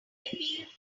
appeal